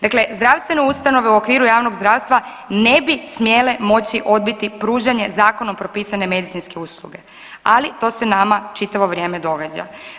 Dakle, zdravstvene ustanove u okviru javnog zdravstva ne bi smjele moći odbiti pružanje zakonom propisane medicinske usluge, ali to se nama čitavo vrijeme događa.